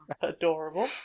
Adorable